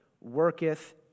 worketh